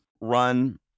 run